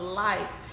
life